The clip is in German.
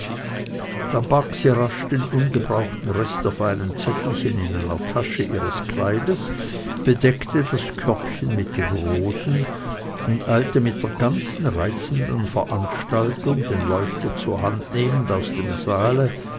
sie rasch den ungebrauchten rest der feinen zettelchen in einer tasche ihres kleides besteckte das körbchen mit den rosen und eilte mit der ganzen reizenden veranstaltung den leuchter zur hand nehmend aus dem saale